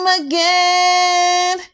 again